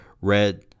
red